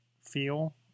feel